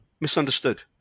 misunderstood